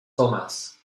thomas